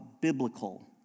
biblical